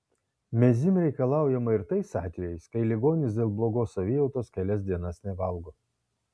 mezym reikalaujama ir tais atvejais kai ligonis dėl blogos savijautos kelias dienas nevalgo